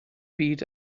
byd